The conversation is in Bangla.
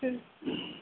হুম